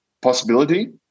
possibility